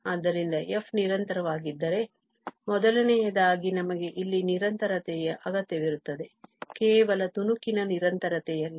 ಆದ್ದರಿಂದ f ನಿರಂತರವಾಗಿದ್ದರೆ ಮೊದಲನೆಯದಾಗಿ ನಮಗೆ ಇಲ್ಲಿ ನಿರಂತರತೆಯ ಅಗತ್ಯವಿರುತ್ತದೆ ಕೇವಲ ತುಣುಕಿನ ನಿರಂತರತೆಯಲ್ಲ